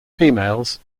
females